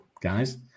guys